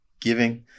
giving